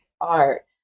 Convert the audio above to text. art